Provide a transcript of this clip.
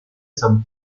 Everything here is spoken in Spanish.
san